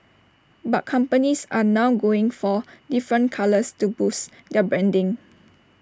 but companies are now going for different colours to boost their branding